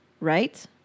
right